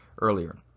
earlier